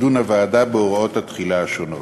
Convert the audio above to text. תדון הוועדה בהוראות התחילה השונות.